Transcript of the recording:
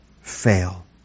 fail